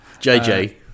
JJ